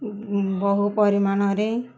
ବହୁ ପରିମାଣରେ